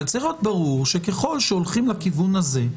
אבל צריך להיות ברור שככל שהולכים לכיוון הזה,